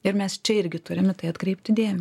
ir mes čia irgi turim į tai atkreipti dėmesį